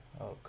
Okay